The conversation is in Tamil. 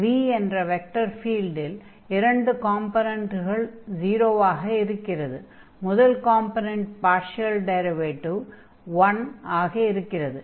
v என்ற வெக்டர் ஃபீல்டில் இரண்டு காம்பொனென்ட்கள் 0 ஆக இருக்கிறது முதல் காம்பொனென்டின் பார்ஷியல் டிரைவேடிவ் 1 ஆக இருக்கிறது